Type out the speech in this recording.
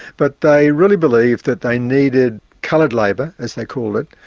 but they really believed that they needed coloured labour, as they called it,